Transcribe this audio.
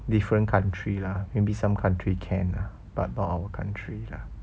different country lah maybe some country can lah but not our country lah